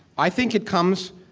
i think it comes,